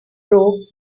broke